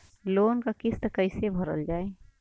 Loan क किस्त कैसे भरल जाए?